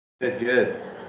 Good